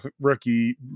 rookie